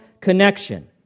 connection